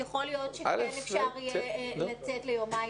יכול להיות שכן אפשר יהיה לצאת ליומיים